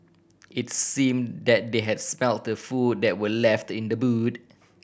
it's seem that they had smelt the food that were left in the boot